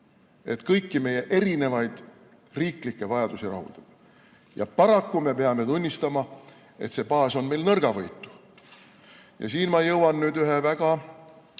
et kõiki meie erinevaid riiklikke vajadusi rahuldada. Paraku peame tunnistama, et see baas on meil nõrgavõitu. Siin ma jõuan ühe väga,